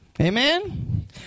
Amen